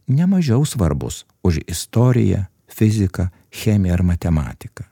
nemažiau svarbus už istoriją fiziką chemiją ar matematiką